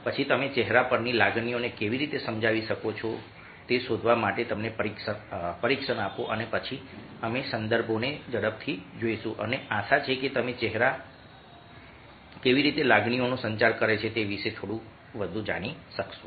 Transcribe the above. પછી તમે ચહેરા પરની લાગણીઓને કેવી રીતે સમજાવી શકો છો તે શોધવા માટે તમને પરીક્ષણ આપો અને પછી અમે સંદર્ભોને ઝડપથી જોઈશું અને આશા છે કે તમે ચહેરા કેવી રીતે લાગણીઓનો સંચાર કરે છે તે વિશે થોડું વધુ જાણી શકશો